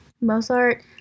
Mozart